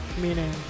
meaning